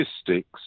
Statistics